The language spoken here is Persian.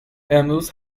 امروز